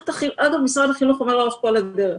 אגב, משרד החינוך אומר לאורך כל הדרך: